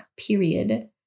period